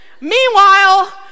Meanwhile